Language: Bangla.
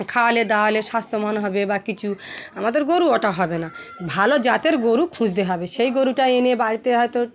খাওয়ালে দাওয়ালে স্বাস্থ্যমান হবে বা কিছু আমাদের গরু ওটা হবে না ভালো জাতের গরু খুঁজতে হবে সেই গরুটা এনে বাড়িতে হয়তো